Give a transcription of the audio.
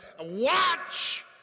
watch